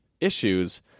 issues